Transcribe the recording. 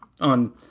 on